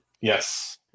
Yes